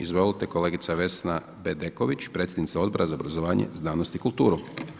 Izvolite, kolegica Vesna Bedeković, predsjednica Odbora za obrazovanje, znanost i kulturu.